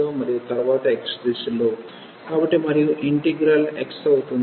కాబట్టి మరియు ఇంటిగ్రల్x అవుతుంది